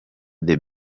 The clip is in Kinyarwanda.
the